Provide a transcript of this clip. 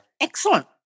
Excellent